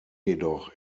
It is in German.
jedoch